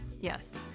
yes